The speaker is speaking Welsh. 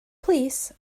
plîs